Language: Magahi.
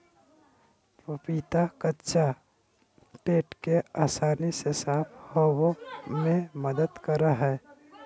पपीता कच्चा पेट के आसानी से साफ होबे में मदद करा हइ